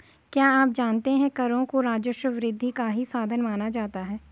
क्या आप जानते है करों को राजस्व वृद्धि का ही साधन माना जाता है?